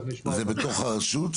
זה בתוך הרשות?